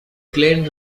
glenn